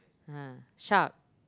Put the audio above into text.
(uh huh) shark